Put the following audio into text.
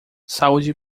saúde